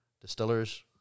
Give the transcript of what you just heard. distillers